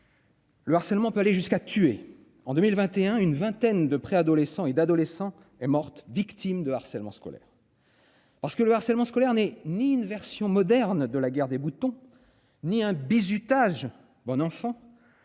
Le harcèlement peut aller jusqu'à tuer en 2021, une vingtaine de pré-adolescents et d'adolescents est morte victime de harcèlement scolaire parce que le harcèlement scolaire n'est ni une version moderne de la guerre des boutons, ni un bizutage bon enfant